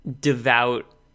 devout